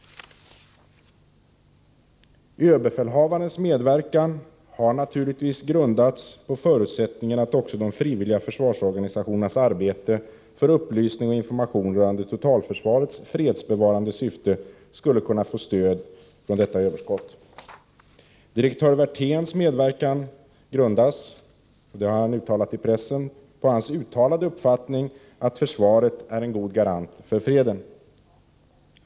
Överbefälhavarens medverkan har naturligtvis grundats på förutsättningen att också de frivilliga försvarsorganisationernas arbete för upplysning och information rörande totalförsvarets fredsbevarande syfte skulle kunna få stöd från detta överskott. Direktör Werthéns medverkan grundas — det har han uttalat i pressen — på hans uttalade uppfattning att försvaret är en god garant för freden.